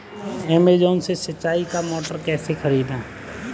Amazon से सिंचाई का मोटर कैसे खरीदें?